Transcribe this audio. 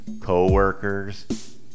co-workers